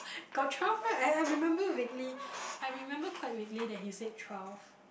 got twelve meh I I remember vaguely I remember quite vaguely that he said twelve